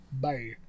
Bye